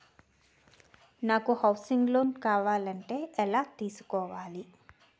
నాకు housing loan కావాలంటే ఎలా తీసుకోవాలి?